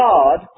God